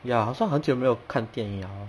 ya 好像很久没有看电影了咯